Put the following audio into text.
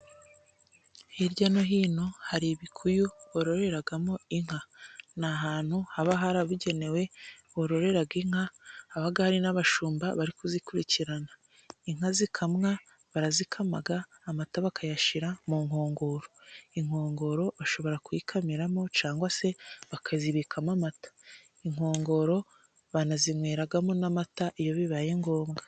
Hirya no hino hari ibikuyu bororeramo inka, ni ahantu haba harabugenewe bororera inka, haba hari n'abashumba bari kuzikurikirana, inka zikamwa barazikama, amata bakayashira mu nkongoro, inkongoro bashobora kuyikamiramo, cyangwa se bakazibikamo amata, inkongoro banazinyweramo n'amata iyo bibaye ngombwa.